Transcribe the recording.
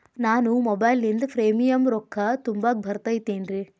ನಾನು ಮೊಬೈಲಿನಿಂದ್ ಪ್ರೇಮಿಯಂ ರೊಕ್ಕಾ ತುಂಬಾಕ್ ಬರತೈತೇನ್ರೇ?